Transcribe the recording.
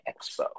Expo